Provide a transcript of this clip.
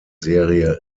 serie